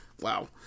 wow